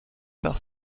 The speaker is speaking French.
par